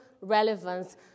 relevance